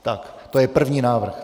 Tak, to je první návrh.